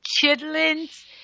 chitlins